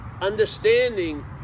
understanding